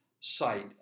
site